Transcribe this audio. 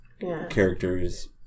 characters